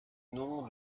nom